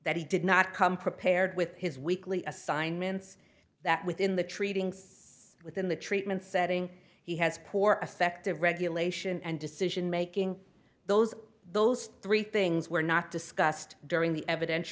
he did not come prepared with his weekly assignments that within the treating so within the treatment setting he has poor effective regulation and decision making those those three things were not discussed during the eviden